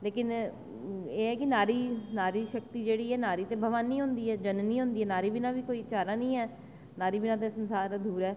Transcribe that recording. लेकिन एह् ऐ की नारी शक्ति ऐ जेह्ड़ी भवानी होंदी ऐ जननी होंदी ऐ नारी ते इसदे बिना कोई चारा निं ऐ नारी बिन संसार ना देआ